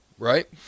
Right